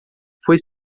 foi